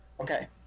Okay